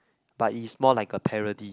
but it's more like a parody